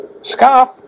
scarf